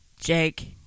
Jake